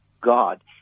god